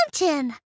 mountain